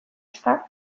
ezta